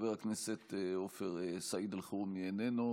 חבר הכנסת סעיד אלחרומי, איננו.